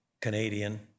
Canadian